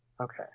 Okay